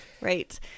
Right